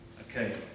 Okay